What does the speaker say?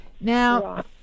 Now